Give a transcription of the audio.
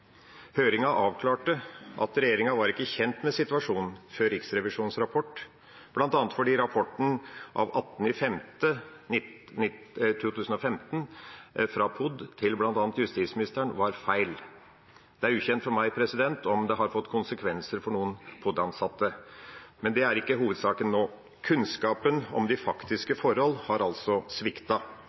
avklarte at regjeringa ikke var kjent med situasjonen før Riksrevisjonens rapport, bl.a. fordi rapporten av 18. mai 2015 fra POD til bl.a. justisministeren var feil. Det er ukjent for meg om det har fått konsekvenser for noen av de ansatte, men det er ikke hovedsaken nå. Kunnskapen om de faktiske forhold har altså